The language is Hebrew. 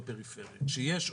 יש כמה הצעות חוק.